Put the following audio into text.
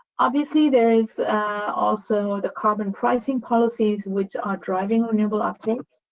obviously, there is also the common pricing policies which are driving renewable uptake,